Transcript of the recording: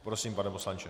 Prosím, pane poslanče.